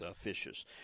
Fishers